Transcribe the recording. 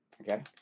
Okay